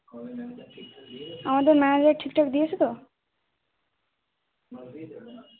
আমাদের ম্যানেজার ঠিকঠাক দিয়েছে তো